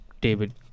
David